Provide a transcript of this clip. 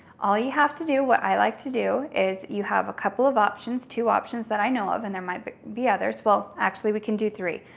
all you have to do, what i like to do is, you have a a couple of options, two options that i know of and there might be others, well, actually we can do three.